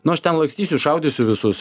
nu aš ten lakstysiu šaudysiu visus